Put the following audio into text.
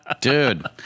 Dude